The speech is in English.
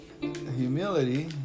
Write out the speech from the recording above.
humility